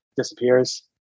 disappears